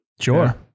Sure